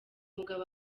mugabo